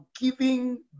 giving